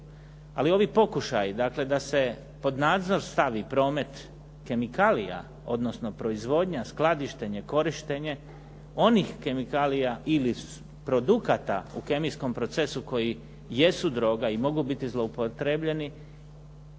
Ali ovi pokušaji dakle da se pod nadzor stavi promet kemikalija, odnosno proizvodnja, skladištenje, korištenje onih kemikalija ili produkata u kemijskom procesu koji jesu droga i mogu biti zloupotrebljeni,